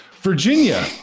Virginia